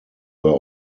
were